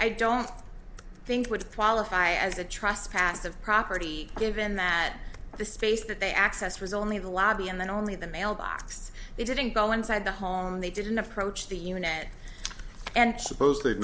i don't think would qualify as a trust passive property given that the space that they access was only the lobby and then only the mailbox they didn't go inside the home they didn't approach the unit and supposedly